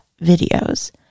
videos